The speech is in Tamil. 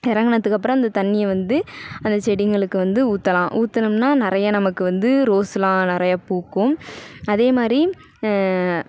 இறங்குனதுக்கப்புறம் அந்த தண்ணியை வந்து அந்த செடிங்களுக்கு வந்து ஊற்றலாம் ஊத்துனோம்னா நிறையா நமக்கு வந்து ரோஸெலாம் நிறையா பூக்கும் அதேமாதிரி